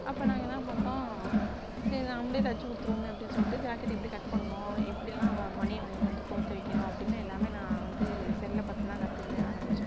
அப்போ நாங்க என்ன பண்ணிட்டோம் சரி நம்மளே தச்சு கொடுத்துருவோமே அப்படினு சொல்லிட்டு ஜாக்கெட் எப்படி கட் பண்ணும் எப்படிலாம் மணியை வாங்கிட்டு வந்து கோர்த்து தைக்கணும் அப்படினு எல்லாமே நான் வந்து செல்லை பார்த்து தான் கற்றுக்கவே ஆரம்பித்தேன்